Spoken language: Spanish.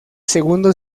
segundo